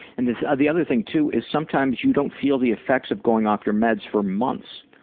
and the the other thing too is sometimes you don't feel the effects of going off your meds for months.